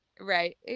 right